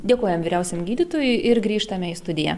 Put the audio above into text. dėkojam vyriausiajam gydytojui ir grįžtame į studiją